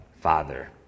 Father